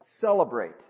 celebrate